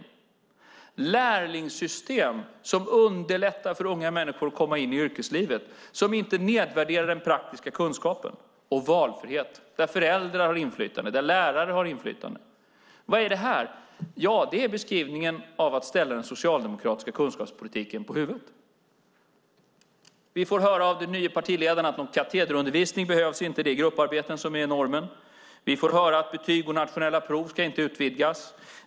Vi ska ha lärlingssystem som underlättar för unga människor att komma in i yrkeslivet och som inte nedvärderar den praktiska kunskapen. Det ska vara valfrihet där föräldrar har inflytande och där lärare har inflytande. Vad är detta? Det är beskrivningen av att ställa den socialdemokratiska kunskapspolitiken på huvud. Vi får höra av den nye partiledaren att någon katederundervisning inte behövs. Det är grupparbeten som är normen. Vi får höra att betyg och nationella prov inte ska utvidgas.